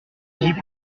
dit